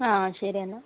ആ ശരിയെന്നാൽ